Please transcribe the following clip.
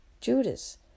Judas